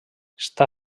està